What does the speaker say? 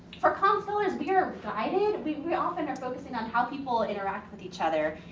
for com scholars we are guided, we we often are focusing on how people interact with each other.